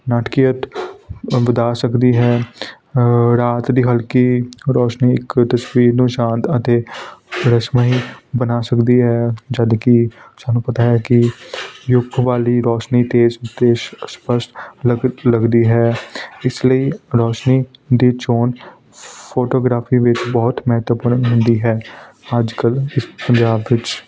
ਨਾਟਕੀਅਤ ਵਧਾ ਸਕਦੀ ਹੈ ਰਾਤ ਦੀ ਹਲਕੀ ਰੋਸ਼ਨੀ ਇਕ ਤਸਵੀਰ ਨੂੰ ਸ਼ਾਤ ਅਤੇ ਰਹੱਸਮਈ ਬਣਾ ਸਕਦੀ ਹੈ ਜਦੋਂ ਕਿ ਸਾਨੂੰ ਪਤਾ ਹੈ ਕਿ ਯੁਕ ਵਾਲੀ ਰੌਸ਼ਨੀ ਤੇਜ਼ ਅਤੇ ਸਪੱਸ਼ਟ ਲਗ ਲੱਗਦੀ ਹੈ ਇਸ ਲਈ ਰੌਸ਼ਨੀ ਦੀ ਚੋਣ ਫੋਟੋਗ੍ਰਾਫੀ ਵਿੱਚ ਬਹੁਤ ਮਹੱਤਵਪੂਰਨ ਹੁੰਦੀ ਹੈ ਅੱਜ ਕੱਲ੍ਹ ਇਸ ਪੰਜਾਬ ਵਿੱਚ